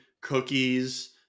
Cookies